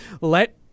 let